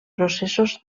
processos